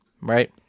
right